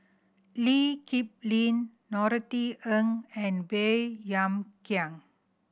Lee Kip Lin Norothy Ng and Baey Yam Keng